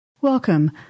Welcome